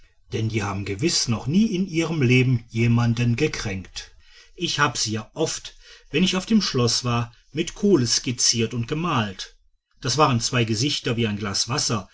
denn die haben gewiß noch nie in ihrem leben jemanden gekränkt ich hab sie ja oft wenn ich auf dem schloß war mit kohle skizziert und gemalt das waren zwei gesichter wie ein glas wasser